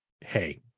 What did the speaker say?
hey